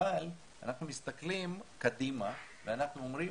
אבל אנחנו מסתכלים קדימה ואנחנו אומרים